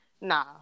nah